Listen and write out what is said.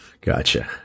Gotcha